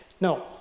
No